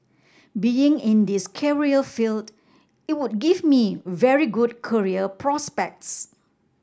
being in this career field it would give me very good career prospects